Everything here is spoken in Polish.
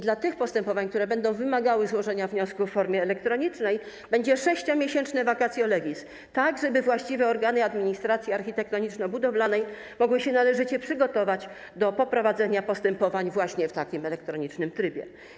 Dla tych postępowań, które będą wymagały złożenia wniosku w formie elektronicznej, będzie 6-miesięczne vacatio legis, tak żeby właściwe organy administracji architektoniczno-budowlanej mogły się należycie przygotować do poprowadzenia postępowań właśnie w takim elektronicznym trybie.